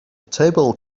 table